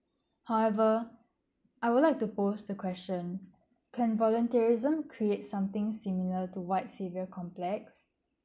however I would like to post the question can voluntarism create something similar to white saviour complex